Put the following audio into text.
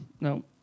no